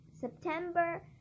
September